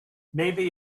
maybe